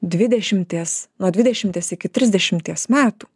dvidešimties nuo dvidešimties iki trisdešimties metų